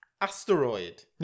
asteroid